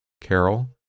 Carol